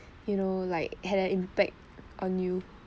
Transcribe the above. you know like had an impact on you